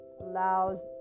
allows